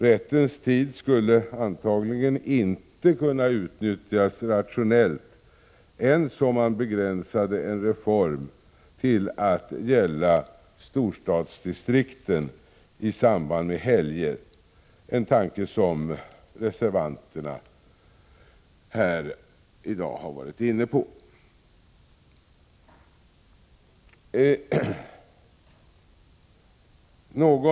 Rättens tid skulle antagligen inte kunna utnyttjas rationellt ens om man begränsade en reform till att gälla storstadsdistrikten i samband med helger; en tanke som reservanterna har varit inne på i dag.